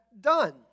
done